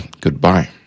goodbye